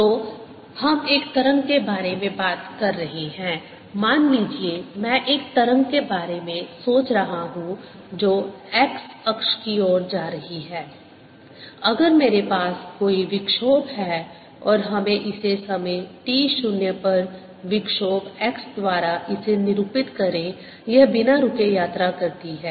तो हम एक तरंग के बारे में क्या बात कर रहे हैं मान लीजिए मैं एक तरंग के बारे में सोच रहा हूं जो x अक्ष की ओर जा रही है अगर मेरे पास कोई विक्षोभ है और हमें इसे समय t 0 पर विक्षोभ x द्वारा इसे निरूपित करें यह बिना रुके यात्रा करती है